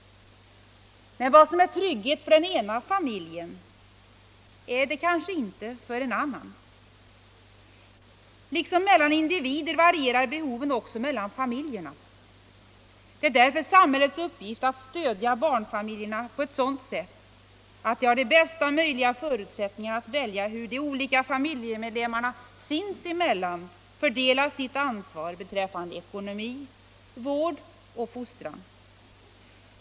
Men vad som är trygghet för den ena familjen är det kanske inte för en annan. Liksom mellan individer varierar behoven också mellan familjerna. Det är därför samhällets uppgift att stödja barnfamiljerna på ett sådant sätt att de har de bästa möjligheterna att välja hur de olika familjemedlemmarna sinsemellan skall dela ansvaret beträffande ekonomi, vård och fostran.